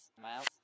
Miles